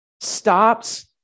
stops